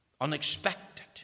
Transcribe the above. unexpected